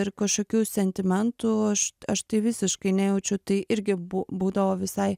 ir kašokių sentimentų aš aš tai visiškai nejaučiu tai irgi bu būdavo visai